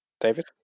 david